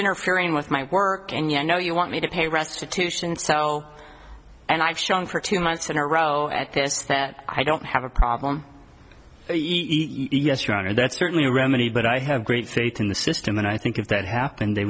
interfering with my work and you know you want me to pay restitution so and i've shown for two months in a row at this that i don't have a problem yes your honor that's certainly a remedy but i have great faith in the system and i think if that happened they